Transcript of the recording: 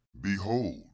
Behold